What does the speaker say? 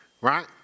Right